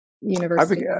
University